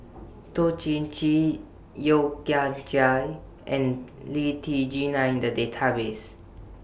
Toh Chin Chye Yeo Kian Chai and Lee Tjin Are in The Database